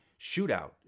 shootout